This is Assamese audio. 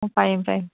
অঁ পাৰিম পাৰিম